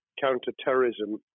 counter-terrorism